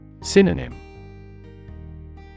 Synonym